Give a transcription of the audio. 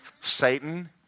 Satan